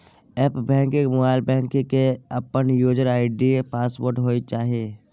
app banking, mobile banking के अपन user ID password होय चाहिए